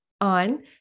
on